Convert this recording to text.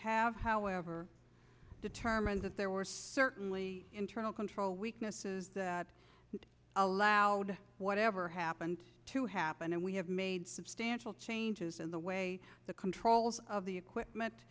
have however determined that there were certainly internal control weaknesses that allowed whatever happened to happen and we have made substantial changes in the way the controls of the equipment